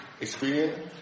experience